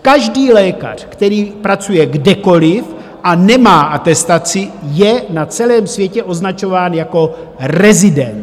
Každý lékař, který pracuje kdekoliv a nemá atestaci, je na celém světě označován jako rezident.